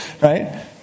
Right